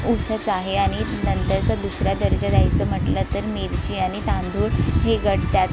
ऊसच आहे आणि नंतरचा दुसरा दर्जा द्यायचं म्हटलं तर मिरची आणि तांदूळ हे गट त्यात